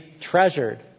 treasured